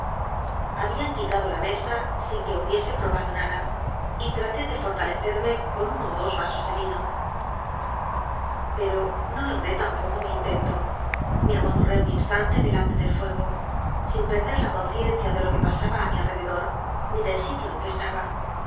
habían c uilado la mesa sin que hubiese probado nada y lralé de fortalecerme con uno ó dos usos ele íno pero no logré tampoco mi intento me amocloné un instante delante del fuego sin perder la conciencia de lo qu e pasaba i mi alrededor ni del sitio en que estaba